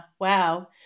Wow